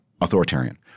authoritarian